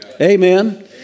Amen